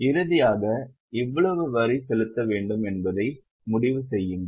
இறுதியாக எவ்வளவு வரி செலுத்த வேண்டும் என்பதை முடிவு செய்யுங்கள்